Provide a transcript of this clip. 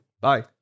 Bye